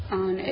on